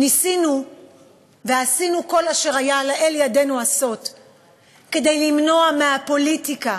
ניסינו ועשינו כל אשר היה לאל ידנו כדי למנוע מהפוליטיקה